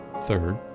Third